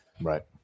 Right